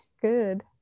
good